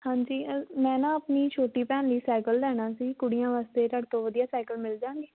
ਹਾਂਜੀ ਮੈਂ ਨਾ ਆਪਣੀ ਛੋਟੀ ਭੈਣ ਲਈ ਸਾਈਕਲ ਲੈਣਾ ਸੀ ਕੁੜੀਆਂ ਵਾਸਤੇ ਤੁਹਾਡੇ ਤੋਂ ਵਧੀਆ ਸਾਈਕਲ ਮਿਲ ਜਾਣਗੇ